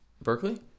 berkeley